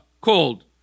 cold